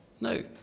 No